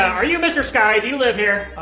are you mr. sky. do you live here?